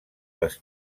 les